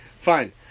Fine